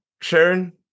Sharon